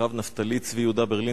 הרב נפתלי צבי יהודה ברלין,